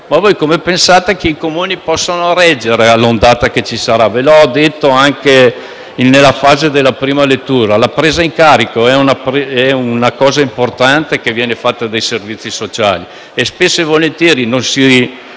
Ma come pensate che i Comuni possono reggere all'ondata che ci sarà? Ve l'ho detto anche nella fase della prima lettura: la presa in carico è una cosa importante che viene fatta dai servizi sociali, e spesso e volentieri non si